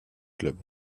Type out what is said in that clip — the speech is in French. club